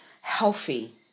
healthy